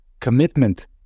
commitment